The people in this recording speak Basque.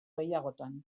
gehiagotan